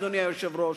אדוני היושב-ראש,